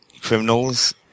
criminals